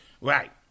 Right